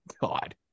God